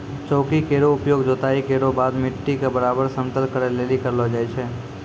चौकी केरो उपयोग जोताई केरो बाद मिट्टी क बराबर समतल करै लेलि करलो जाय छै